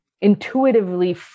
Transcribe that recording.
intuitively